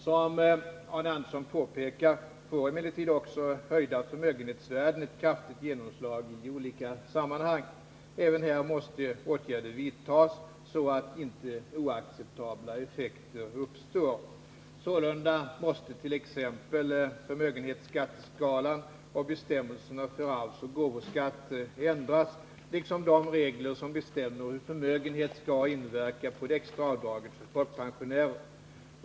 Som Arne Andersson påpekar får emellertid också höjda förmögenhetsvärden ett kraftigt genomslag i olika sammanhang. Även här måste åtgärder vidtas, så att inte oacceptabla effekter uppstår. Sålunda måste t.ex. förmögenhetsskatteskalan och bestämmelserna för arvsoch gåvoskatt ändras, liksom de regler som bestämmer hur förmögenhet skall inverka på det extra avdraget för folkpensionärer.